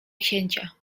księcia